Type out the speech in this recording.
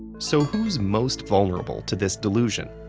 so who's most vulnerable to this delusion?